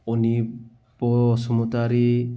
अनि बसुमतारी